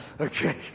Okay